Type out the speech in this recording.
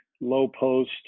low-post